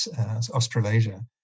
Australasia